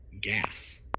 gas